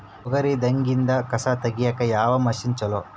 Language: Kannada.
ತೊಗರಿ ದಾಗಿಂದ ಕಸಾ ತಗಿಯಕ ಯಾವ ಮಷಿನ್ ಚಲೋ?